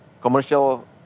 commercial